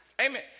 Amen